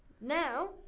now